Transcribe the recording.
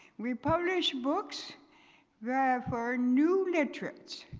we publish books there for new literates.